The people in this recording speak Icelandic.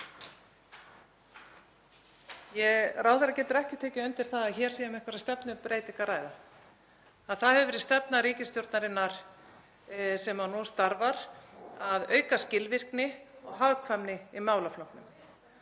Ráðherra getur ekki tekið undir það að hér sé um einhverja stefnubreytingu að ræða. Það hefur verið stefna ríkisstjórnarinnar sem nú starfar að auka skilvirkni og hagkvæmni í málaflokknum.